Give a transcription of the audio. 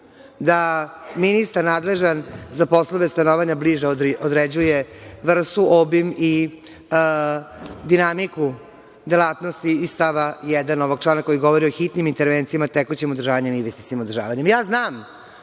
da ministar nadležan za poslove stanovanja bliže određuje vrstu, obim i dinamiku delatnosti iz stava 1. ovog člana, koji govori o hitnim intervencijama i tekućem održavanju i investicionom održavanju. Znam